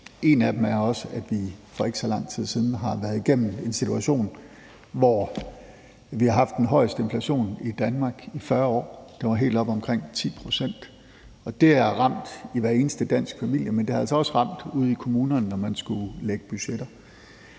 En af dem er også, at vi for ikke så lang tid siden var igennem en situation, hvor vi havde den højeste inflation i Danmark i 40 år. Den var helt oppe omkring 10 pct. Det ramte hver eneste danske familie, men det har altså også ramt ude i kommunerne, når man skulle lægge budgetter.